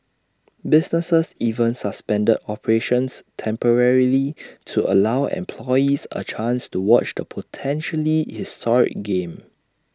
businesses even suspended operations temporarily to allow employees A chance to watch the potentially historic game